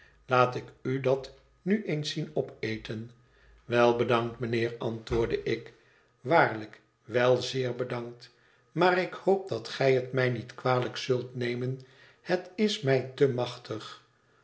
laat ik u dat nu eens zien opeten wel bedankt mijnheer antwoordde ik waarlijk wel zeer bedankt maar ik hoop dat gij het mij niet kwalijk zult nemen het is mij te machtig